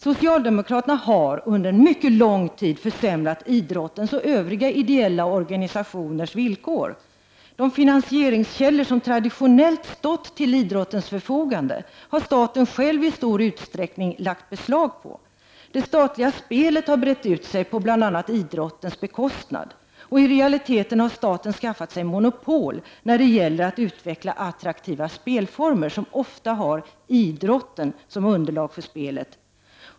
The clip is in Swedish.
Socialdemokraterna har under mycket lång tid försämrat idrottens och övriga ideella organisationers villkor. De finansieringskällor som traditionellt stått till idrottens förfogande har staten själv i stor utsträckning lagt beslag på. Det statliga spelet har brett ut sig på bl.a. idrottens bekostnad. I realiteten har staten skaffat sig monopol när det gällt att utveckla attraktiva spelformer som ofta haft idrotten som underlag för spelet.